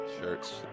Shirts